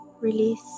Release